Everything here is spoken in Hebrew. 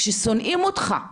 כששונאים אותך,